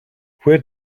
where